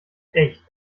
echt